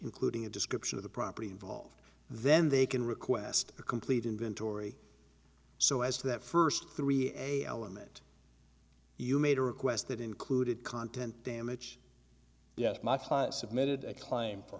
including a description of the property involved then they can request a complete inventory so as to that first three element you made a request that included content damage yes my client submitted a claim for